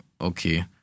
Okay